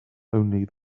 only